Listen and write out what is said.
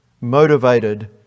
Motivated